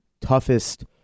toughest